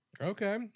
Okay